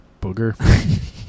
booger